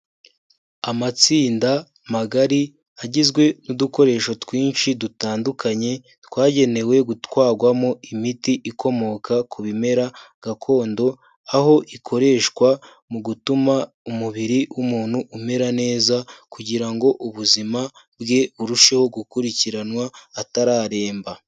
Amatsinda magari agizwe n'udukoresho twinshi dutandukanye twagenewe gutwarwamo imiti ikomoka ku bimera gakondo, aho ikoreshwa mu gutuma umubiri w'umuntu umera neza kugira ngo ubuzima bwe burusheho gukurikiranwa atararemba.